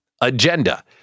Agenda